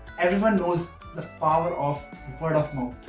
everyone knows the power of word of mouth.